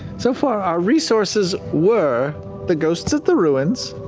so far, our resources were the ghosts at the ruins,